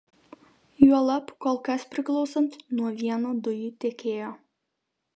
juolab kol kas priklausant nuo vieno dujų tiekėjo